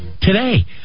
today